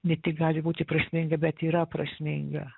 ne tik gali būti prasminga bet yra prasminga